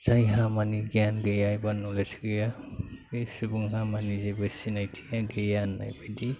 जायहा मानि गियान गैया एबा नलेज गैया बे सुबुंहा मानि जेबो सिनायथिया गैया होननाय बायदि